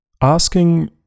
asking